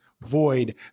void